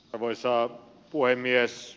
arvoisa puhemies